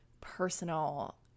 personal